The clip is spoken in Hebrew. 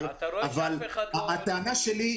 אבל הטענה שלי היא,